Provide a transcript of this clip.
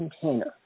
container